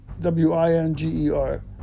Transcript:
W-I-N-G-E-R